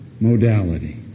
modality